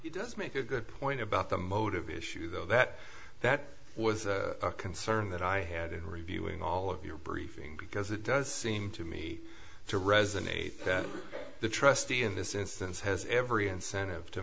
it does make a good point about the motive issue though that that was a concern that i had in reviewing all of your briefing because it does seem to me to resonate that the trustee in this instance has every incentive to